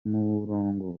umurongo